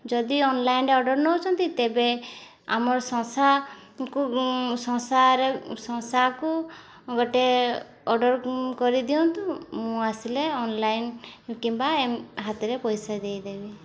ଯଦି ଅନ୍ଲାଇନ୍ରେ ଅର୍ଡ଼ର୍ ନେଉଛନ୍ତି ତେବେ ଆମର ଶଂସାକୁ ଶଂସାରେ ଶଂସାକୁ ଗୋଟେ ଅର୍ଡ଼ର୍ କରିଦିଅନ୍ତୁ ମୁଁ ଆସିଲେ ଅନ୍ଲାଇନ୍ କିମ୍ବା ଏ ହାତରେ ପଇସା ଦେଇଦେବି